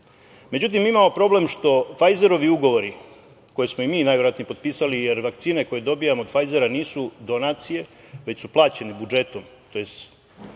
merama.Međutim, imamo problem što „Fajzerovi“ ugovori, koje smo i mi najverovatnije potpisali, jer vakcine koje dobijamo od „Fajzera“ nisu donacije, već su plaćene budžetom, tj.